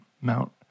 Mount